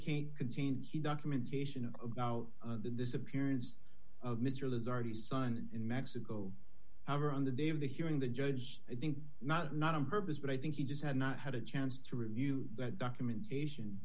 can't contain he documentation about the disappearance of misrule is already signed in mexico however on the day of the hearing the judge i think not not on purpose but i think he just had not had a chance to review that documentation